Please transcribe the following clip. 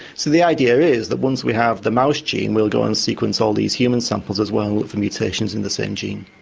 so the idea is that once we have the mouse gene, we'll go on and sequence all these human samples as well for mutations in the same gene.